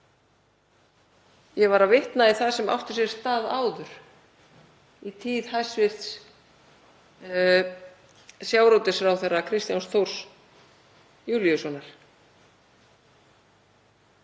Ég var að vitna í það sem átti sér stað áður í tíð hæstv. sjávarútvegsráðherra, Kristjáns Þórs Júlíussonar.